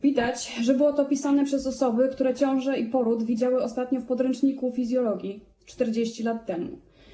Widać, że było to pisane przez osoby, które ciążę i poród widziały ostatnio w podręczniku fizjologii 40 lat temu.